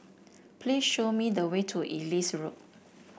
please show me the way to Ellis Road